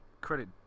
credit